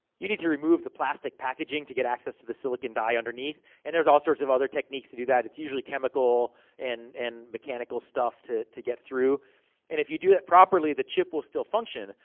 you need to remove the plastic packaging to get access to the silicon dye underneath. and there's all sorts of other techniques to do that. it's usually chemical and and mechanical stuff, to to get through. and if you do that properly, the chip will still function.